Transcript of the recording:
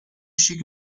xic